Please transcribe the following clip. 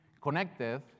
connected